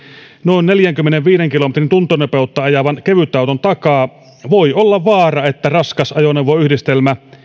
noin neljänkymmenenviiden kilometrin tuntinopeutta ajavan kevytauton takaa voi olla vaara että raskas ajoneuvoyhdistelmä